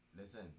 Listen